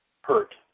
hurt